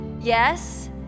yes